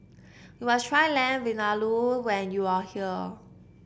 you must try Lamb Vindaloo when you are here